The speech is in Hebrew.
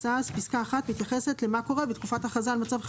פסקה (1) מתייחסת למה קורה בתקופת הכרזה על מצב חירום,